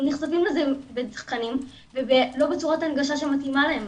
הם נחשפים לזה בתכנים ולא בצורת הנגשה שמתאימה להם.